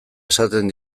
esaten